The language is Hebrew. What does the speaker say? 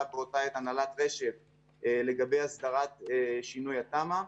באותה עת הנהלת רש"ת לגבי הסדרת שינוי התמ"א.